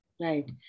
Right